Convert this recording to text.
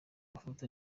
mafoto